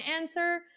answer